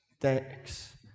Thanks